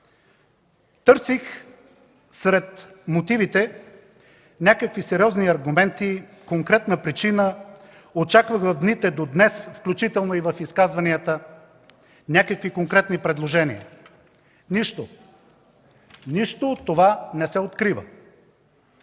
Търсих сред мотивите някакви сериозни аргументи, конкретна причина, очаквах в дните до днес, включително и в изказванията, някакви конкретни предложения. Нищо! Нищо от това не се открива.